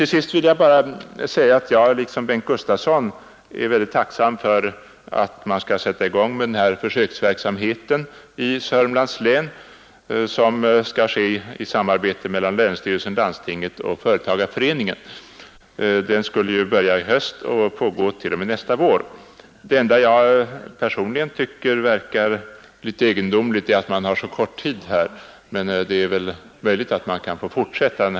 Slutligen vill jag säga att jag i likhet med Bengt Gustavsson i Eskilstuna är mycket tacksam för att man nu i Södermanlands län skall sätta i gång att förbättra det näringspolitiska läget i Södermanland att förbättra det näringspolitiska den i svaret berörda försöksverksamheten i samärbete mellan länsstyrelsen, landstinget och företagarföreningen. Den verksamheten skall ju börja i höst och pågå t.o.m. nästa vår. Det enda jag personligen tycker verkar litet egendomligt är att tiden är så kort, men det kanske är möjligt att fortsätta försöksverksamheten sedan.